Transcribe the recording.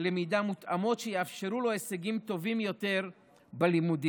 למידה מותאמות שיאפשרו לו הישגים טובים יותר בלימודים,